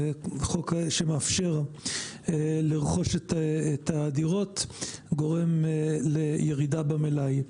חוק שמאפשר לרכוש את הדירות וגורם לירידה במלאי.